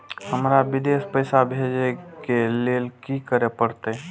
हमरा विदेश पैसा भेज के लेल की करे परते?